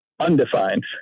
undefined